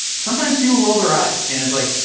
sometimes people roll their eyes and it's like,